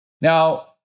Now